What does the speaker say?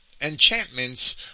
enchantments